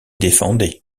défendait